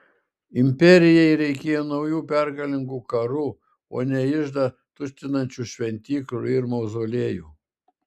imperijai reikėjo naujų pergalingų karų o ne iždą tuštinančių šventyklų ir mauzoliejų